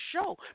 show